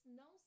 no